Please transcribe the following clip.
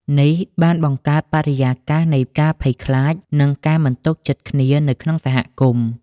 នេះបានបង្កើតបរិយាកាសនៃការភ័យខ្លាច និងការមិនទុកចិត្តគ្នានៅក្នុងសហគមន៍។